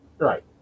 right